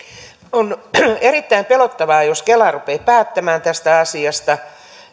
on erittäin pelottavaa jos kela rupeaa päättämään tästä asiasta